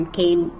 came